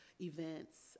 events